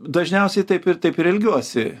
dažniausiai taip ir taip ir elgiuosi